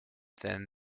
then